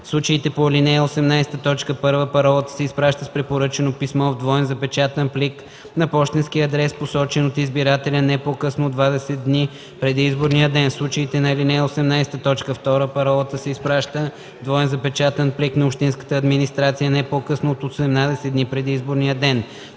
случите по ал. 18, т. 1 паролата се изпраща с препоръчано писмо в двоен запечатан плик на пощенския адрес, посочен от избирателя, не по-късно от 20 дни преди изборния ден. В случаите по ал. 18, т. 2 паролата се изпраща в двоен запечатан плик на общинската администрация не по-късно от 18 дни преди изборния ден.